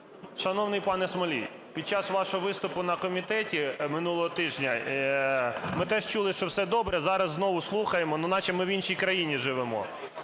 Шановний пане Смолій, під час вашого виступу на комітеті минулого тижня ми теж чули, що все добре. Зараз знову слухаємо, ну, наче ми в іншій країні живемо.